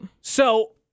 So-